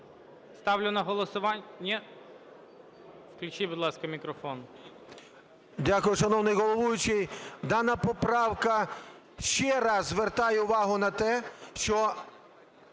Ставлю на голосування…